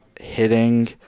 hitting